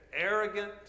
arrogant